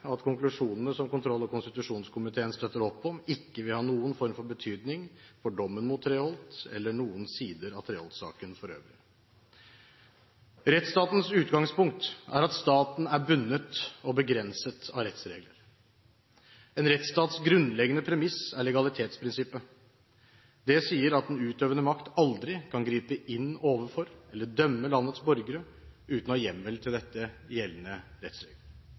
at konklusjonene som kontroll- og konstitusjonskomiteen støtter opp om, ikke vil ha noen form for betydning for dommen mot Treholt eller noen sider av Treholt-saken for øvrig. Rettsstatens utgangspunkt er at staten er bundet og begrenset av rettsregler. En rettsstats grunnleggende premiss er legalitetsprinsippet. Det sier at den utøvende makt aldri kan gripe inn overfor eller dømme landets borgere uten å ha hjemmel til dette i gjeldende